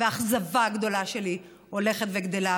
והאכזבה הגדולה שלי הולכת וגדלה.